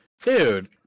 dude